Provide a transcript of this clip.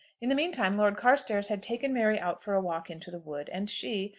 in the mean time lord carstairs had taken mary out for a walk into the wood, and she,